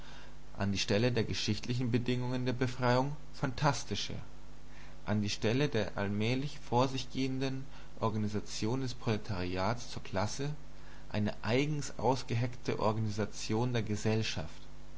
an die stelle der geschichtlichen bedingungen der befreiung phantastische an die stelle der allmählich vor sich gehenden organisation des proletariats zur klasse eine eigens ausgeheckte organisation der gesellschaft